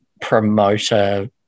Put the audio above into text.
promoter